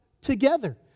together